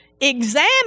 examine